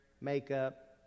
makeup